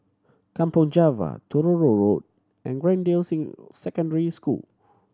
Kampong Java Truro Road and Greendale Secondary School